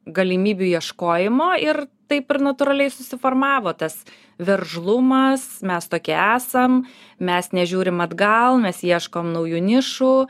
galimybių ieškojimo ir taip ir natūraliai susiformavo tas veržlumas mes tokie esam mes nežiūrim atgal mes ieškom naujų nišų